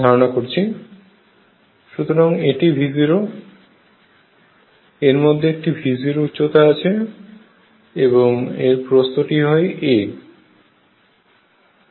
সুতরাং এটি V0 এবং এর মধ্যে একটি V0 উচ্চতা আছে এবং এর প্রস্থটি হয় a